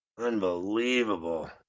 Unbelievable